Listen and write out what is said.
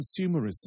consumerism